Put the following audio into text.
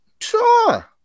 sure